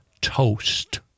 toast